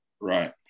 Right